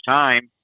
time